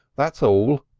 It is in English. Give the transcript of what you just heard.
that's all.